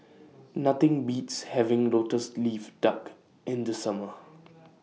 Nothing Beats having Lotus Leaf Duck in The Summer